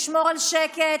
לשמור על שקט.